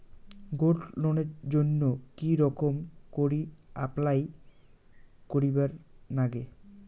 Gold লোনের জইন্যে কি রকম করি অ্যাপ্লাই করিবার লাগে?